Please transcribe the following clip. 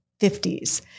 50s